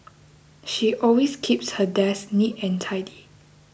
she always keeps her desk neat and tidy